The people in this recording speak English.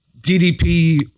DDP